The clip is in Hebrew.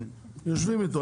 יושבים איתו.